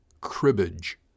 Cribbage